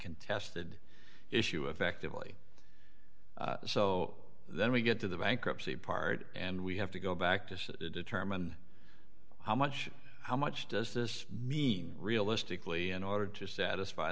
contested issue affectively so then we get to the bankruptcy part and we have to go back to sit it determine how much how much does this mean realistically in order to satisfy